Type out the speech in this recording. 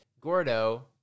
Gordo